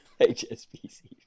hsbc